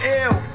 ill